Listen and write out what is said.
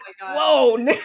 whoa